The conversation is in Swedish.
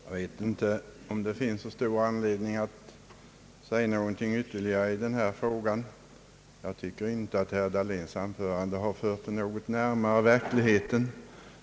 Herr talman! Jag vet inte om det finns så stor anledning att säga någon ting ytterligare i denna fråga. Jag tycker inte att herr Dahlén i sitt anförande fört den något närmare verkligheten.